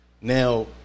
Now